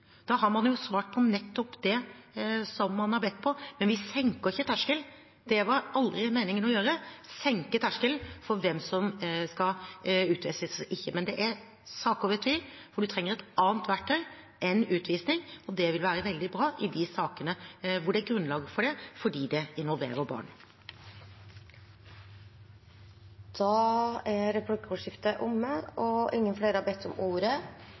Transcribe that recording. Da har man jo svart på nettopp det som man har bedt om. Vi senker ikke terskelen – det var aldri meningen å gjøre – for hvem som skal utvises og ikke. Men det er saker hvor det er tvil, hvor man trenger et annet verktøy enn utvisning, og det vil være veldig bra i de sakene hvor det er grunnlag for det, fordi det involverer barn. Da er replikkordskiftet omme. De talerne som heretter får ordet, har